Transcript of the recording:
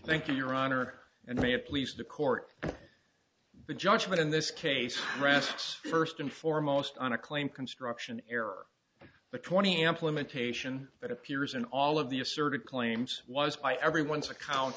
thank you your honor and me at least the court the judgment in this case rests first and foremost on a claim construction error the twenty implementation that appears in all of the asserted claims was by everyone's account